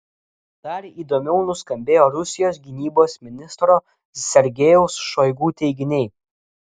dar įdomiau nuskambėjo rusijos gynybos ministro sergejaus šoigu teiginiai